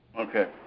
Okay